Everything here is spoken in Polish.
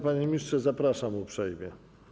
Panie ministrze, zapraszam uprzejmie.